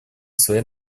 своей